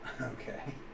Okay